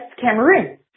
Cameroon